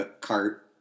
Cart